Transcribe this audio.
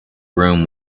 room